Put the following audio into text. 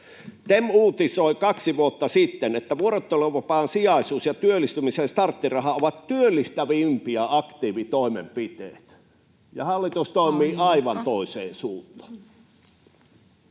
TEM uutisoi kaksi vuotta sitten, että vuorotteluvapaan sijaisuus ja työllistymisen starttiraha ovat työllistävimpiä aktiivitoimenpiteitä, [Puhemies: Aika!] ja hallitus toimii aivan toiseen suuntaan.